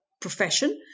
profession